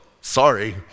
sorry